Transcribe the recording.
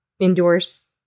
endorse